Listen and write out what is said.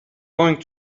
going